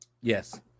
Yes